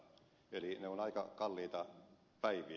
eli ne ovat aika kalliita päiviä